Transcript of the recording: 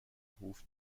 beruf